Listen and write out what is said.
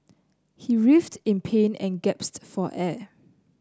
he writhed in pain and for air